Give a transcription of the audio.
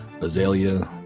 Azalea